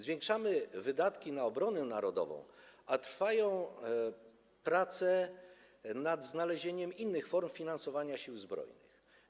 Zwiększamy wydatki na obronę narodową, a trwają prace nad znalezieniem innych form finansowania Sił Zbrojnych.